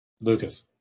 Lucas